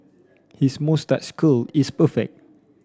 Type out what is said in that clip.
his moustache curl is perfect